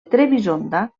trebisonda